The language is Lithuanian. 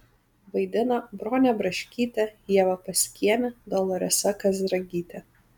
vaidina bronė braškytė ieva paskienė doloresa kazragytė